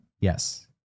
Yes